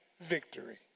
victory